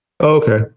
Okay